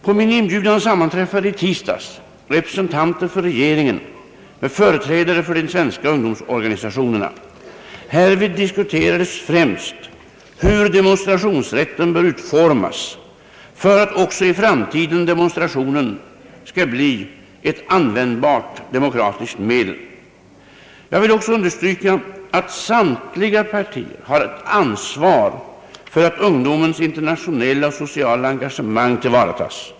På min inbjudan sammanträffade i tisdags representanter för regeringen med företrädare för de svenska ungdomsorganisationerna. Härvid diskuterades främst hur demonstrationsrätten bör utformas för att också i framtiden demonstrationen skall bli ett användbart demokratiskt medel. Jag vill också understryka att samtliga partier har ett ansvar för att ungdomens internationella och sociala engagemang tillvaratas.